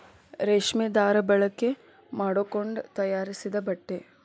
ರೇಶ್ಮಿ ದಾರಾ ಬಳಕೆ ಮಾಡಕೊಂಡ ತಯಾರಿಸಿದ ಬಟ್ಟೆ